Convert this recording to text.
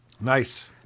Nice